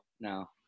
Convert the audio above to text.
No